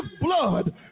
blood